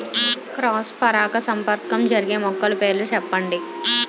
Cross పరాగసంపర్కం జరిగే మొక్కల పేర్లు చెప్పండి?